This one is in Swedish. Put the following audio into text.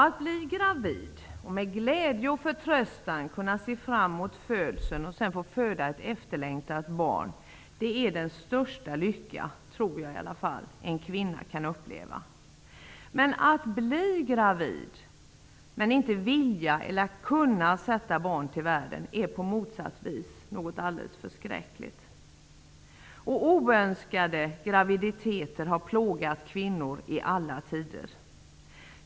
Att bli gravid och med glädje och förtröstan kunna se fram emot födseln och sedan få föda ett efterlängtat barn är den största lycka -- tror jag -- en kvinna kan uppleva. Att bli gravid men inte vilja sätta barn till världen eller inte kunna ta vara på barnet är på motsatt vis något alldeles förskräckligt. Oönskade graviditeter har plågat kvinnor i alla tider.